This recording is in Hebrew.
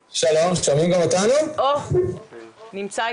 ראשית כמובן, מה הם הנזקים של צריכת